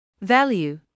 Value